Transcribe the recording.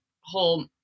whole